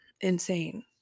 insane